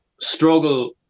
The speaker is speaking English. struggle